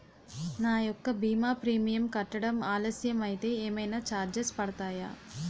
నా యెక్క భీమా ప్రీమియం కట్టడం ఆలస్యం అయితే ఏమైనా చార్జెస్ పడతాయా?